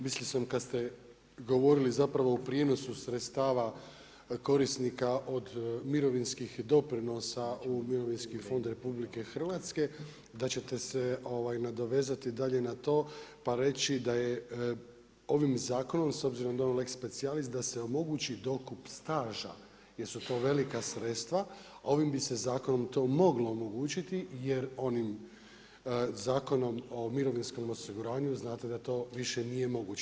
Mislio sam kada ste govorili o prijenosu sredstava korisnika od mirovinski doprinosa u Mirovinski fond RH da ćete se dalje nadovezati na to pa reći da je ovim zakonom s obzorom da je on lex specialis da se omogući dokup staža jer su to velika sredstva, a ovim bi se zakonom to moglo omogućiti jer onim Zakonom o mirovinskom osiguranju znate da to više nije moguće.